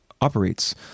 operates